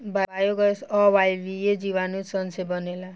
biogas अवायवीय जीवाणु सन से बनेला